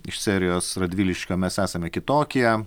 iš serijos radviliškio mes esame kitokie